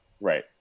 Right